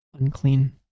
unclean